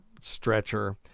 stretcher